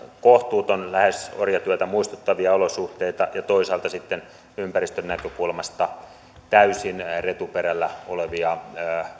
kohtuuton lähes orjatyötä muistuttavia olosuhteita ja toisaalta sitten on ympäristön näkökulmasta täysin retuperällä olevia